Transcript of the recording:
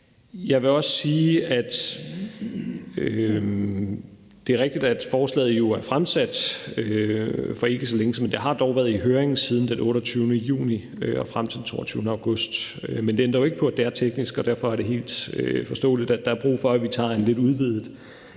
Jeg vil også sige, at det er rigtigt, at forslaget jo er fremsat for ikke så længe siden. Men det har dog været i høring siden den 28. juni og frem til den 22. august. Det ændrer jo ikke på, at det er teknisk, og derfor er det helt forståeligt, der er brug for, at vi tager en lidt udvidet